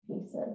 pieces